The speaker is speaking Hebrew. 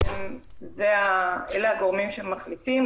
אלה הגורמים שמחליטים.